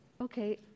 Okay